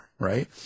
Right